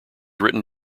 written